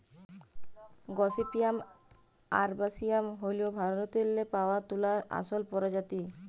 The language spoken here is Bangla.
গসিপিয়াম আরবাসিয়াম হ্যইল ভারতেল্লে পাউয়া তুলার আসল পরজাতি